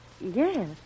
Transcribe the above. yes